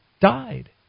died